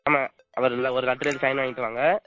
ஆமாம் அதில் ஒரு ஒரு லெட்ரு எழுதி சைன் வாங்கிவிட்டு வாங்க